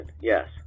yes